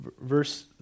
verse